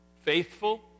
Faithful